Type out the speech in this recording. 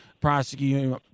prosecuting